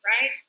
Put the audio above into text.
right